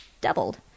doubled